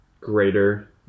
greater